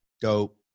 Dope